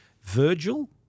Virgil